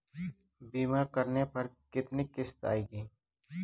बीमा करने पर कितनी किश्त आएगी?